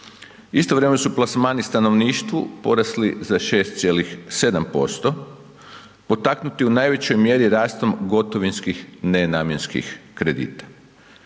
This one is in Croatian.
Istovremeno su plasmani stanovništvu porasli za 6,7% potaknuti u najvećoj mjeri rastom gotovinskih nenamjenskih kredita.